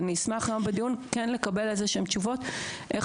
אני אשמח שהיום בדיון כן לקבל איזשהן תשובות איך